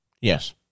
Yes